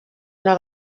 una